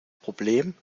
problem